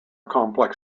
complex